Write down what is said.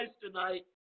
tonight